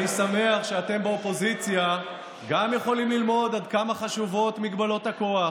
אני שמח שאתם באופוזיציה גם יכולים ללמוד עד כמה חשובות מגבלות הכוח.